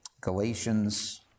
Galatians